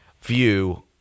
view